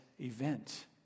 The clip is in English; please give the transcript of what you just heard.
event